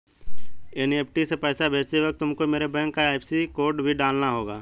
NEFT से पैसा भेजते वक्त तुमको मेरे बैंक का आई.एफ.एस.सी कोड भी डालना होगा